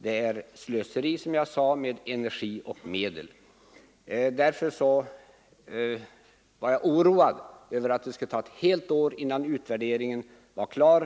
Som jag sade är det slöseri med energi och medel. Därför var jag oroad över att det skall ta ett helt år innan utvärderingen är klar.